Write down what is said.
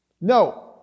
No